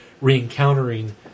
re-encountering